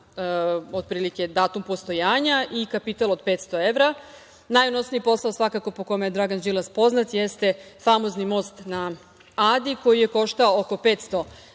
otprilike datum postojanja i kapital od 500 evra. Najunosniji posao svakako po kome je Dragan Đilas poznat jeste famozni most na Adi koji je koštao oko 500